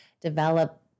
develop